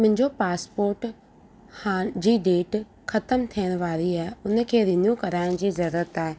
मुंहिंजो पासपोट हाणे जी डेट ख़तमु थियण वारी आहे हुनखे रिन्यू कराइण जी ज़रूरत आहे